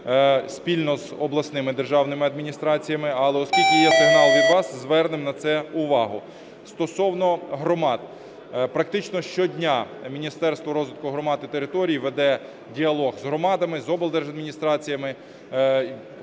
спільно з обласними державними адміністраціями. Але оскільки є сигнал від вас, звернемо на це увагу. Стосовно громад. Практично щодня Міністерство розвитку громад і територій веде діалог з громадами, з облдержадміністраціями